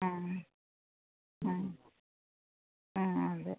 ആ ആ ആ അതെ